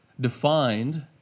defined